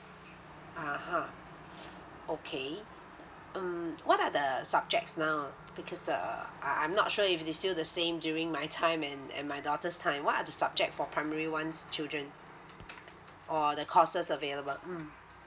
(uh huh) okay um what are the subjects now ah because err I I'm not sure if they're still the same during my time and and my daughter's time what are the subject for primary one's children or the courses available mm